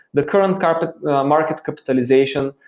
the current current market capitalization,